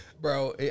Bro